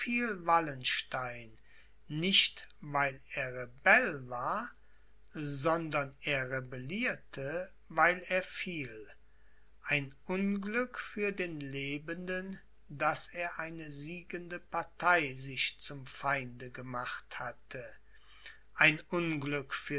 wallenstein nicht weil er rebell war sondern er rebellierte weil er fiel ein unglück für den lebenden daß er eine siegende partei sich zum feinde gemacht hatte ein unglück